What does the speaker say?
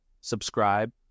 subscribe